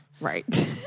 right